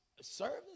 service